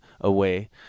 away